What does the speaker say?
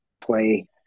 play